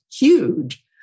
huge